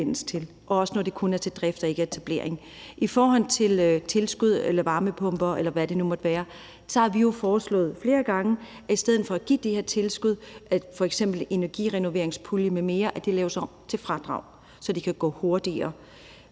også når det kun er til drift og ikke til etablering. I forhold til tilskud til varmepumper, eller hvad det nu måtte være, har vi jo foreslået flere gange, at man i stedet for at give det her tilskud fra f.eks. energirenoveringspuljen m.m. laver det om til et fradrag, så det kan gå hurtigere.